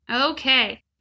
Okay